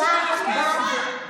יש שר, חיים.